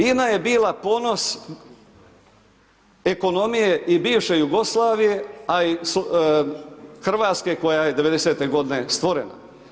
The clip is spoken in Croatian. INA je bila ponos ekonomije i bivše Jugoslavije, a i Hrvatske koja je 90-te godine stvorena.